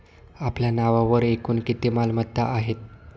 आपल्या नावावर एकूण किती मालमत्ता आहेत?